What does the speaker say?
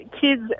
kids